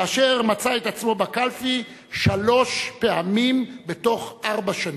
כאשר מצא את עצמו בקלפי שלוש פעמים בתוך ארבע שנים.